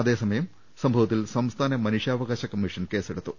അതേസമയം സംഭവത്തിൽ സംസ്ഥാന മനുഷ്യാവകാശ കമ്മീഷൻ കേസെടുത്തു